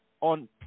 on